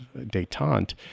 detente